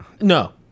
No